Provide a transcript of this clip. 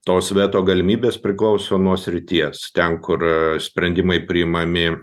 tos veto galimybės priklauso nuo srities ten kur sprendimai priimami